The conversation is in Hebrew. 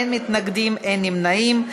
אין מתנגדים, אין נמנעים.